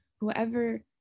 whoever